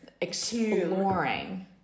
exploring